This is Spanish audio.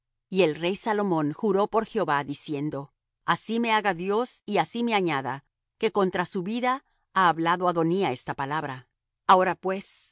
y el rey salomón juró por jehová diciendo así me haga dios y así me añada que contra su vida ha hablado adonía esta palabra ahora pues